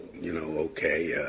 you know, okay,